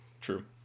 True